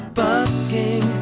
busking